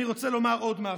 אני רוצה לומר עוד משהו: